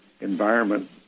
environment